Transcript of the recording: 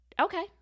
okay